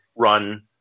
run